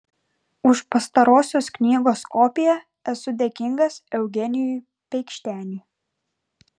už pastarosios knygos kopiją esu dėkingas eugenijui peikšteniui